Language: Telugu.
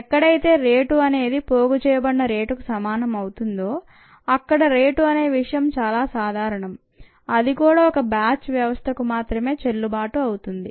ఎక్కడైతే రేటు అనేది పోగు చేయబడిన రేటుకు సమానం అవుతోందో అక్కడ రేటు అనే విషయం చాలా సాధారణం అది కూడా ఒక్క బ్యాచ్ వ్యవస్థకు మాత్రమే చెల్లుబాటు అవుతుంది